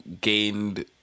gained